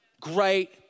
Great